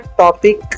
topic